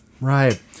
Right